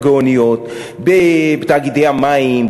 הגאוניות: בתאגידי המים,